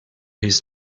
his